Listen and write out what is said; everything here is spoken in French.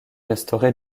restauré